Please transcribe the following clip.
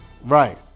Right